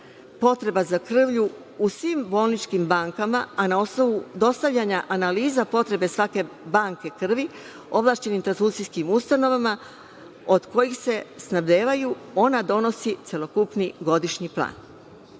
potreba za krvlju u svim bolničkim bankama, a na osnovu dostavljanja analiza potrebe svake banke krvi, ovlašćenim transfuzijskim ustanovama od kojih se snabdevaju, ona donosi celokupni godišnji